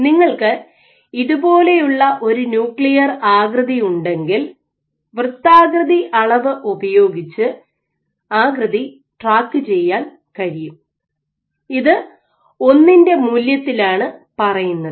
നിങ്ങൾക്ക് ഇതുപോലെയുള്ള ഒരു ന്യൂക്ലിയർ ആകൃതി ഉണ്ടെങ്കിൽ വൃത്താകൃതി അളവ് ഉപയോഗിച്ച് ആകൃതി ട്രാക്ക് ചെയ്യാൻ കഴിയും ഇത് 1 ന്റെ മൂല്യത്തിലാണ് പറയുന്നത്